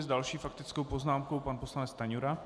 S další faktickou poznámkou pan poslanec Stanjura.